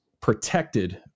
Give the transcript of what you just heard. protected